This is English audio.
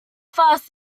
fast